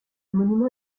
monument